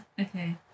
okay